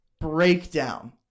breakdown